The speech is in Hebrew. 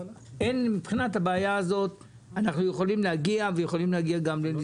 מבחינת הבעיה הזאת אנחנו יכולים להגיע גם לניסוח.